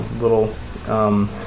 little